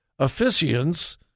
officiants